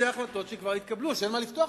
25% מהסיעה,